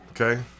okay